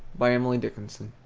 by emily dickinson